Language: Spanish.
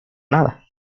nada